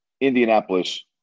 Indianapolis